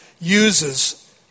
uses